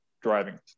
driving